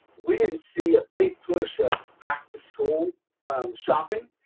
we didn't see a big push of back-to-school shopping,